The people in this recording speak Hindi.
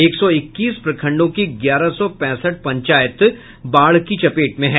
एक सौ इक्कीस प्रखंडों की ग्यारह सौ पैंसठ पंचायत बाढ़ की चपेट में हैं